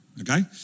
okay